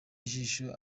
ijisho